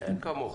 אני כמו אבירם,